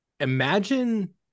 Imagine